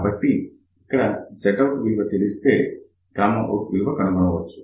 కాబట్టి ఇక్కడ Zout విలువ తెలిస్తే out విలువ కనుగొనవచ్చు